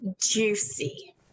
juicy